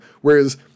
Whereas